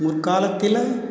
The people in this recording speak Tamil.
முற்காலத்தில்